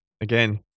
again